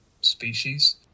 species